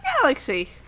Galaxy